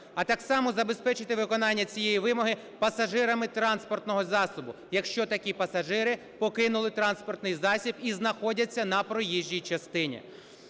А так само забезпечити виконання цієї вимоги пасажирами транспортного засобу, якщо такі пасажири покинули транспортний засіб і знаходяться на проїжджій частині.